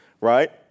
right